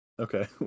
Okay